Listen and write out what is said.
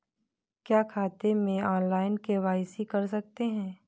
क्या खाते में ऑनलाइन के.वाई.सी कर सकते हैं?